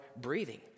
breathing